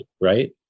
Right